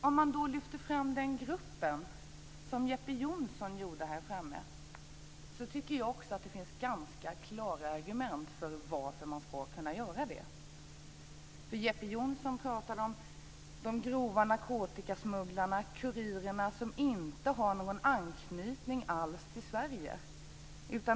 Om man lyfter fram den gruppen, som Jeppe Johnsson gjorde, så tycker jag också att det finns ganska klara argument för varför man ska kunna göra det. Jeppe Johnsson talade om de grova narkotikasmugglarna, kurirerna som inte har någon anknytning alls till Sverige.